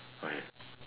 okay